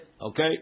Okay